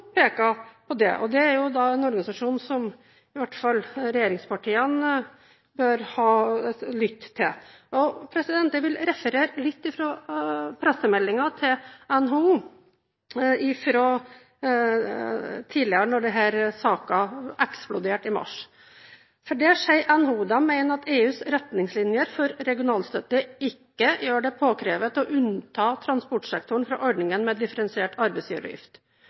på det, og det er en organisasjon som i hvert fall regjeringspartiene bør lytte til. Jeg vil referere litt fra NHOs pressemelding fra tidligere, da denne saken eksploderte i mars: «NHO mener at EUs retningslinjer for regionalstøtte ikke gjør det påkrevet å unnta transportsektoren fra ordningen med differensiert arbeidsgiveravgift.